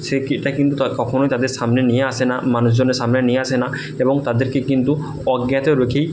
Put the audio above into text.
সে কে এটা কিন্তু তা কখনও তাদের সামনে নিয়ে আসে না মানুষজনের সামনে নিয়ে আসে না এবং তাদেরকে কিন্তু অজ্ঞাত রেখেই